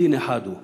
דין אחד הוא,